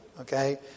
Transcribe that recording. okay